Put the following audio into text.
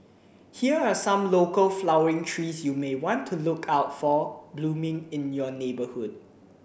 here are some local flowering trees you may want to look out for blooming in your neighbourhood